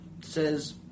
says